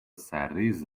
سرریز